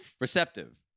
receptive